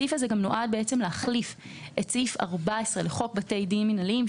הסעיף זה גם נועד להחליף את סעיף 14 לחוק בתי דין מינהליים,